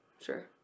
Sure